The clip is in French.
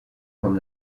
comme